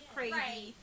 crazy